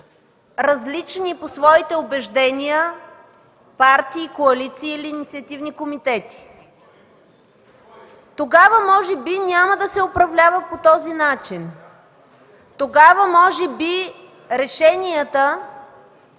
различни по своите убеждения партии, коалиции или инициативни комитети? Тогава може би няма да се управлява по този начин. Тогава може би решенията